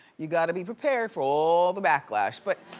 you gotta be prepared for all the backlash. but